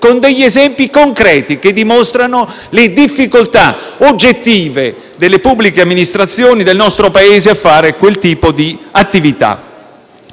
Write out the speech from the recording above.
facendo esempi concreti che dimostrano le difficoltà oggettive delle pubbliche amministrazioni del nostro Paese a fare quel tipo di attività.